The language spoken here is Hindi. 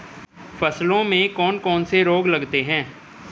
फसलों में कौन कौन से रोग लगते हैं?